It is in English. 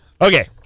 Okay